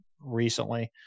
recently